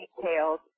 details